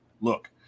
Look